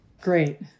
Great